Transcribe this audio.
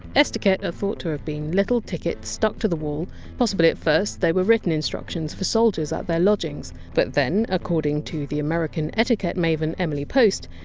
estiquettes are thought to have been little tickets stuck to the wall possibly at first they were written instructions for soldiers at their lodgings. but then, according to the american etiquette maven emily post,